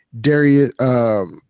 Darius –